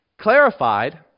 clarified